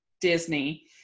Disney